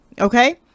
okay